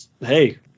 Hey